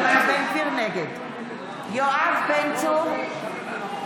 נגד יואב בן צור,